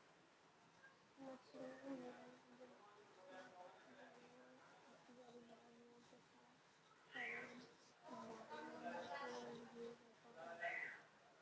मछलियों में जलोदर रोग तथा सफेद दाग नामक रोग भी होता है